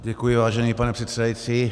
Děkuji, vážený pane předsedající.